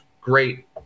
great